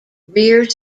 rear